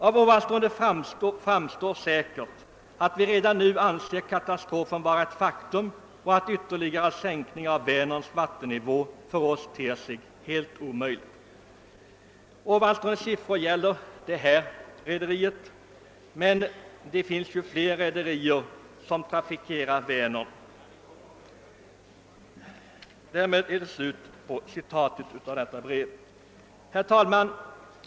Av ovanstående förstår Du säkert att vi redan nu anser katastrofen vara ett faktum och att ytterligare sänkningar av Vänerns vattennivå för oss ter sig helt omöjligt. Thunbolagets rederier och som Du vet trafikeras Vänern även av många andra rederier.» Herr talman!